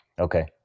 Okay